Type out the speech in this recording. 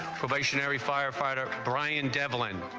stationary firefighter brian devlin